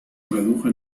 redujo